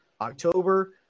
October